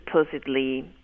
supposedly